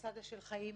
ולעיתים חיים